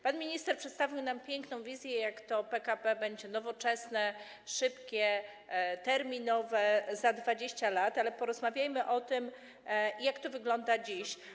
Pan minister przedstawił nam piękną wizję, jak to PKP będzie nowoczesne, szybkie, terminowe za 20 lat, ale porozmawiajmy o tym, jak to wygląda dziś.